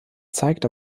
zeigt